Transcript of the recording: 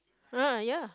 ah ya